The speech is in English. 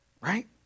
right